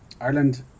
Ireland